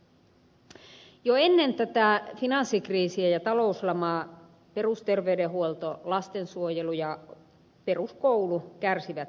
jo ennen tätä finanssikriisiä ja talouslamaa perusterveydenhuolto lastensuojelu ja peruskoulu kärsivät resurssipulasta